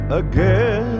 again